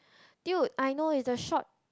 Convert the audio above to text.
dude I know is the short